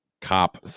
cop